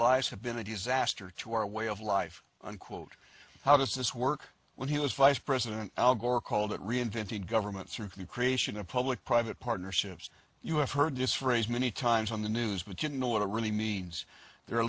lives have been a disaster to our way of life unquote how does this work when he was vice president al gore called it reinventing government through the creation of public private partnerships you have heard this phrase many times on the news but you know what it really means there are